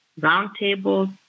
roundtables